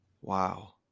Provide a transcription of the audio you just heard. Wow